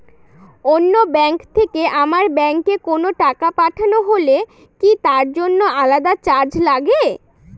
অন্য ব্যাংক থেকে আমার ব্যাংকে কোনো টাকা পাঠানো হলে কি তার জন্য আলাদা চার্জ লাগে?